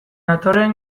datorren